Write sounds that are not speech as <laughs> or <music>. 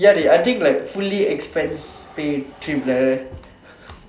ya dey I think like fully expense paid trip like uh <laughs>